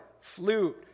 flute